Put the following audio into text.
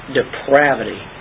depravity